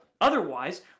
Otherwise